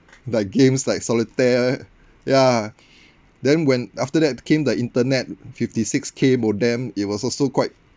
like games like solitaire yeah then when after that came the internet fifty six K modem it was also quite